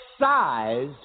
size